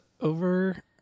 over